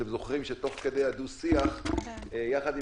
אתם זוכרים שתוך כדי הדו-שיח יחד עם